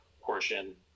portion